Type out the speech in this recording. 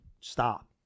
stop